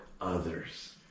others